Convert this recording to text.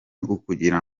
ukugira